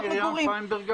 זה לא מה שמרים פיינברג אמרה.